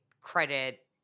credit